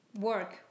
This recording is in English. work